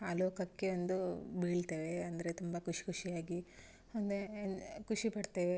ಆಲೋಕಕ್ಕೆ ಒಂದೂ ಬೀಳ್ತೆವೆ ಅಂದರೆ ತುಂಬ ಖುಷ್ ಖುಷಿಯಾಗಿ ಒಂದೇ ಖುಷಿ ಪಡ್ತೆವೆ